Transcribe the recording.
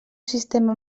sistema